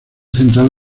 central